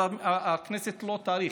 הכנסת לא תאריך,